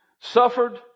suffered